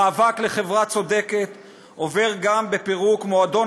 המאבק לחברה צודקת עובר גם בפירוק מועדון